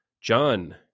John